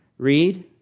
Read